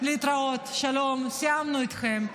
להתראות, שלום, סיימנו איתכם.